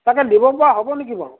তাকে দিব পৰা হ'ব নেকি বাৰু